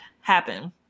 happen